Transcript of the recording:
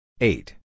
Eight